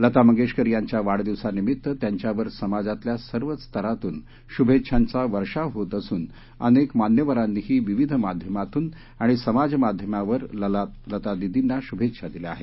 लता मंगेशकर यांच्या वाढदिवसानिमित्त त्यांच्यावर समाजातल्या सर्वच स्तरांतून शुभेच्छांचा वर्षाव होत असून अनेक मान्यवरांनीही विविध माध्यमातून आणि समाजमाध्यमावर लतादिदिंना शुभेच्छा दिल्या आहेत